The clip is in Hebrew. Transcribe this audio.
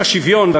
אם השוויון,